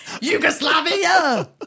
Yugoslavia